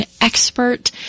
expert